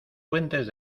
puentes